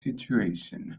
situation